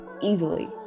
easily